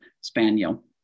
spaniel